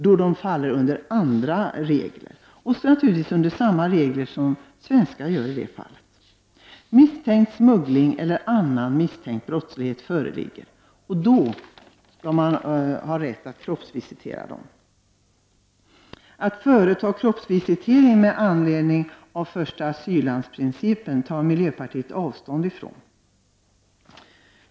I det fallet blir andra regler tillämpliga — naturligtvis samma regler som gäller svenskar. När det föreligger misstanke om smuggling eller annan brottslighet skall man ha rätt att kroppsvisitera dem. Att man skall företa kroppsvisitation med anledning av förstaasyllandsprincipen tar miljöpartiet avstånd ifrån.